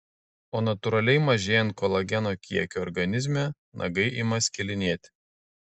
o natūraliai mažėjant kolageno kiekiui organizme nagai ima skilinėti